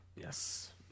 Yes